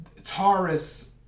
Taurus